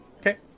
Okay